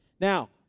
Now